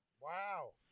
Wow